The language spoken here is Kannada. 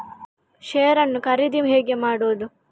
ಶೇರ್ ನ್ನು ಖರೀದಿ ಹೇಗೆ ಮಾಡುವುದು?